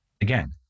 Again